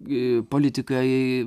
gi politikai